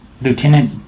Lieutenant